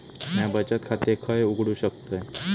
म्या बचत खाते खय उघडू शकतय?